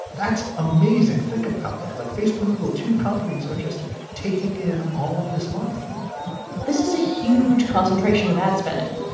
that's amazing. think about that. like facebook, google. companies are just taking in all of this money this is a huge concentration of ad spending,